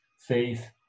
faith